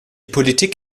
politik